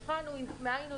היכן הוא ינחת,